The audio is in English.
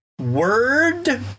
word